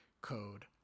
code